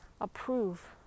approve